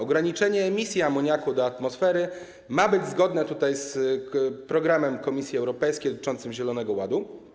Ograniczenie emisji amoniaku do atmosfery ma być zgodne z programem Komisji Europejskiej dotyczącym zielonego ładu.